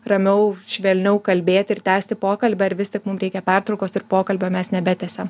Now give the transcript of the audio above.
ramiau švelniau kalbėti ir tęsti pokalbį ar vis tik mum reikia pertraukos ir pokalbio mes nebetęsiam